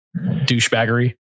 douchebaggery